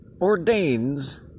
ordains